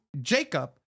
Jacob